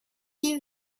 you